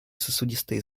сосудистые